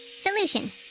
Solution